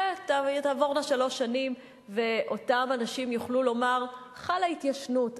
ותעבורנה שלוש שנים ואותם אנשים יוכלו לומר: חלה התיישנות,